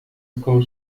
اسکار